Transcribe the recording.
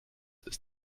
ist